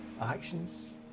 actions